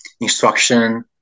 instruction